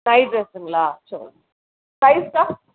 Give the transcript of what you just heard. night ட்ரெஸ்ஸுங்களா சரி சைஸ்க்கா